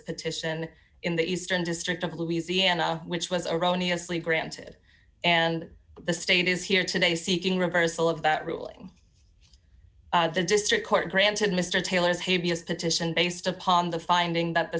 petition in the eastern district of louisiana which was erroneous lee granted and the state is here today seeking reversal of that ruling the district court granted mr taylor's habeas petition based upon the finding that the